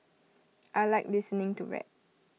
I Like listening to rap